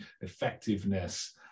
effectiveness